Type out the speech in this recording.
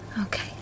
Okay